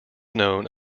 known